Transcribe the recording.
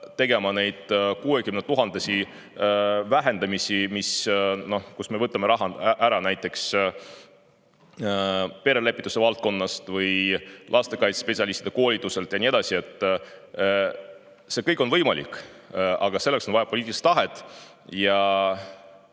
tegema neid 60 000-euroseid vähendamisi, millega me võtame raha ära näiteks perelepituse valdkonnast või lastekaitsespetsialistide koolituselt ja nii edasi. See kõik on võimalik, aga selleks on vaja poliitilist tahet.